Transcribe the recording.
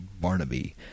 Barnaby